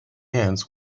hands